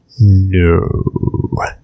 No